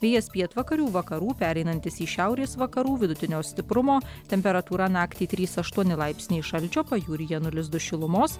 vėjas pietvakarių vakarų pereinantis į šiaurės vakarų vidutinio stiprumo temperatūra naktį trys aštuoni laipsniai šalčio pajūryje nulis du šilumos